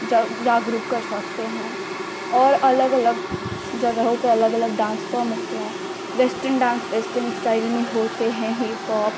जग जागरूक कर सकते हैं और अलग अलग जगहों पर अलग अलग डान्स फ़ॉर्म होते हैं वेस्टर्न डान्स वेस्टर्न स्टाइल में होते हैं हिपहॉप